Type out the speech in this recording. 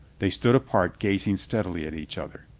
they stood apart gazing steadily at each other.